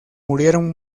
murieron